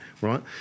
right